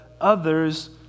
others